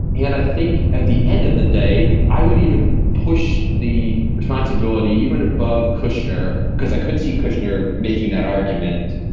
and i think at the end of the day, i would even push the responsibility even above kushner, because i could see kushner making that argument,